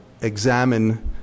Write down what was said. examine